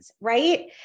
right